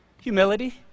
Humility